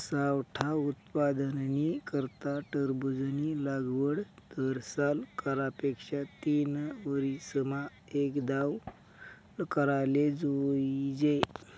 सावठा उत्पादननी करता टरबूजनी लागवड दरसाल करा पेक्षा तीनवरीसमा एकदाव कराले जोइजे